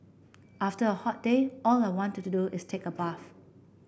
after a hot day all I wanted to do is take a bath